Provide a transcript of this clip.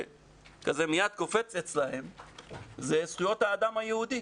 מייד קופץ אצלם שזה זכויות האדם היהודי,